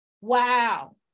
wow